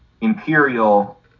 imperial